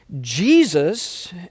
Jesus